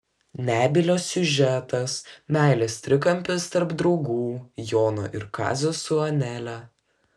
nebylio siužetas meilės trikampis tarp draugų jono ir kazio su anele